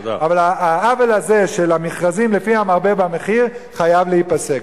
אבל העוול הזה של המכרזים לפי המרבה במחיר חייב להיפסק.